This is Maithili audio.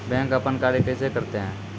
बैंक अपन कार्य कैसे करते है?